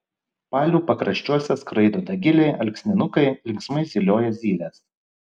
palių pakraščiuose skraido dagiliai alksninukai linksmai zylioja zylės